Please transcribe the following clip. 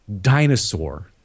dinosaur